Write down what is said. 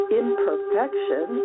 imperfection